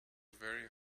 very